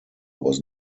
was